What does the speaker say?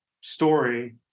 story